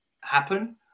happen